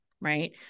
right